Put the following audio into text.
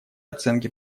оценки